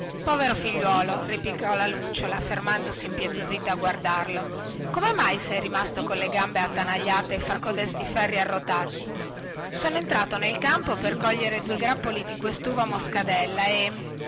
povero figliuolo replicò la lucciola fermandosi impietosita a guardarlo come mai sei rimasto colle gambe attanagliate fra codesti ferri arrotati sono entrato nel campo per cogliere due grappoli di questuva moscadella e